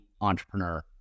entrepreneur